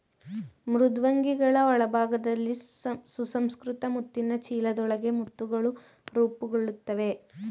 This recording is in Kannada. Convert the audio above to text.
ಮೃದ್ವಂಗಿಗಳ ಒಳಭಾಗದಲ್ಲಿ ಸುಸಂಸ್ಕೃತ ಮುತ್ತಿನ ಚೀಲದೊಳಗೆ ಮುತ್ತುಗಳು ರೂಪುಗೊಳ್ತವೆ